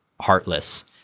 heartless